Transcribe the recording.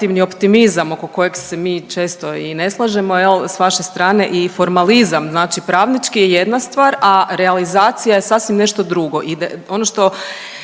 optimizam oko kojeg se mi često i ne slažemo jel' sa vaše strane i formalizam, znači pravnički je jedna stvar, a realizacija je sasvim nešto drugo. I ono što